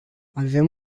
avem